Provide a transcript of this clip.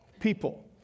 people